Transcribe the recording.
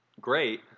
great